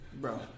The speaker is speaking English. Bro